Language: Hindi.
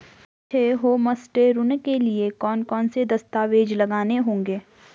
मुझे होमस्टे ऋण के लिए कौन कौनसे दस्तावेज़ लगाने होंगे?